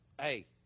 hey